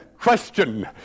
question